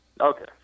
okay